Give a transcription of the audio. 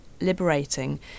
liberating